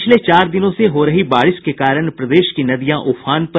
पिछले चार दिनों से हो रही बारिश के कारण प्रदेश की नदियां उफान पर